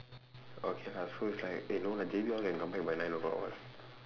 okay lah so it's like eh no lah J_B all can come back by nine o'clock [what]